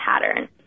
pattern